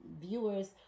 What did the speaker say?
Viewers